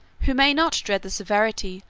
who may not dread the severity,